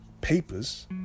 papers